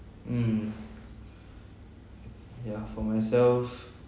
mm ya for myself